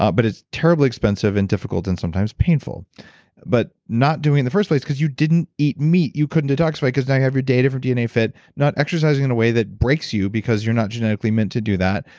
um but it's terribly expensive and difficult and sometimes painful but not doing it in the first place because you didn't eat meat, you couldn't detoxify because now you have your data from dnafit, not exercising in a way that breaks you because you're not genetically meant to do that,